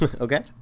Okay